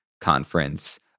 conference